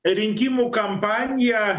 rinkimų kampanija